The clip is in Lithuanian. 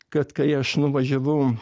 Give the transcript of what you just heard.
kad kai aš nuvažiavau